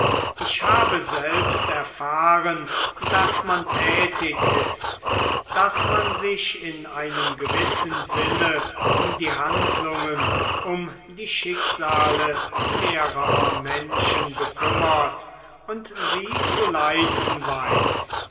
ich habe selbst erfahren daß man tätig ist daß man sich in einem gewissen sinne um die handlungen um die schicksale mehrerer menschen bekümmert und sie zu leiten weiß